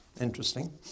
Interesting